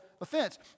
offense